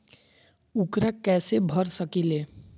ऊकरा कैसे भर सकीले?